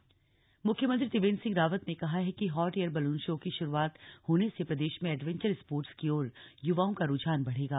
hot air balloon show मुख्यमंत्री त्रिवेन्द्र सिंह रावत ने कहा है कि हॉट एयर बलून शो की शुरूआत होने से प्रदेश में एडवेंचर स्पोर्ट्स की ओर युवाओं का रूझान बढ़ेगा